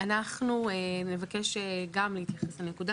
אנחנו גם נבקש להתייחס לנקודה.